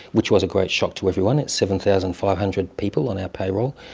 which was a great shock to everyone, it's seven thousand five hundred people on our payroll.